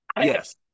Yes